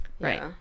Right